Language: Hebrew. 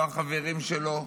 לא החברים שלו,